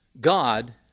God